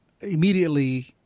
immediately